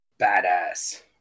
badass